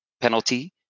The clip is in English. penalty